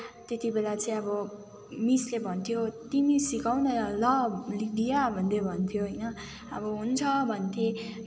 त्यति बेला चाहिँ अब मिसले भन्थ्यो तिमी सिकाउन ल लिधिया भनेर भन्थ्यो होइन अब हुन्छ भन्थेँ